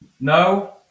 No